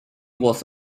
was